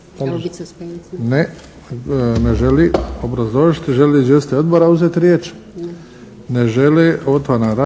Ne, ne želi obrazložiti. Želi li izvjestitelj odbora uzeti riječ?